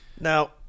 Now